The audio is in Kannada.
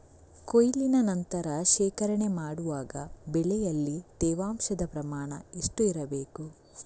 ಕೊಯ್ಲಿನ ನಂತರ ಶೇಖರಣೆ ಮಾಡುವಾಗ ಬೆಳೆಯಲ್ಲಿ ತೇವಾಂಶದ ಪ್ರಮಾಣ ಎಷ್ಟು ಇರಬೇಕು?